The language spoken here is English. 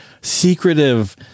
secretive